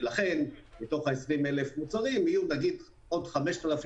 לכן בתוך ה-20,000 מוצרים יהיו עוד 5,000